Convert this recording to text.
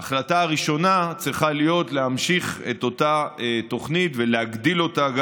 ההחלטה הראשונה צריכה להיות להמשיך את אותה תוכנית וגם להגדיל אותה,